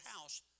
house